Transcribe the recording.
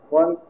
one